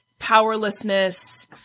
Powerlessness